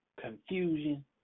Confusion